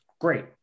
Great